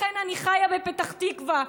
לכן אני חיה בפתח תקווה,